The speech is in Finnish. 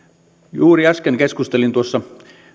juuri äsken keskustelin tuossa